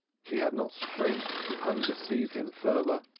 she had not strength to undeceive him further,